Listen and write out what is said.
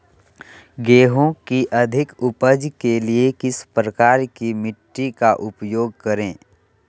गेंहू की अधिक उपज के लिए किस प्रकार की मिट्टी का उपयोग करे?